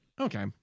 okay